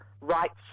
rights